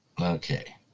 Okay